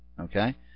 Okay